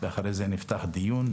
אחרי כן נפתח דיון,